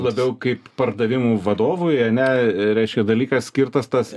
labiau kaip pardavimų vadovui ane reiškia dalykas skirtas tas